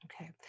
Okay